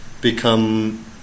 become